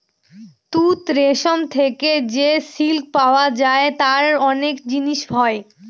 তুত রেশম থেকে যে সিল্ক পাওয়া যায় তার অনেক জিনিস হয়